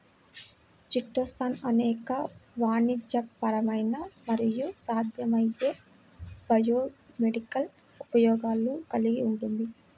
chitosan అనేక వాణిజ్యపరమైన మరియు సాధ్యమయ్యే బయోమెడికల్ ఉపయోగాలు కలిగి ఉంటుంది